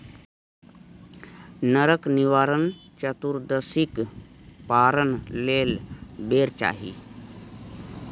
नरक निवारण चतुदर्शीक पारण लेल बेर चाही